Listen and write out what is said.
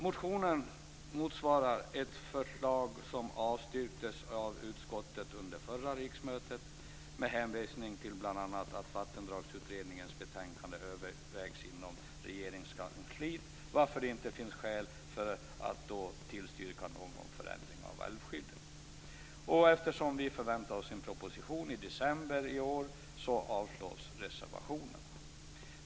Motionen motsvarar ett förslag som avstyrktes av utskottet under förra riksmötet med hänvisning bl.a. till att Vattendragsutredningens betänkande övervägdes inom Regeringskansliet, varför det inte fanns skäl att då tillstyrka någon förändring av älvskyddet. Eftersom vi förväntar oss en proposition i december i år avstyrks reservationerna.